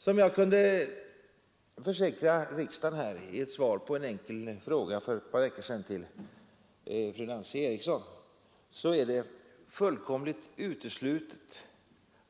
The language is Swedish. Som jag kunde försäkra riksdagen här i ett svar på en enkel fråga för ett par veckor sedan till fru Nancy Eriksson är det fullkomligt uteslutet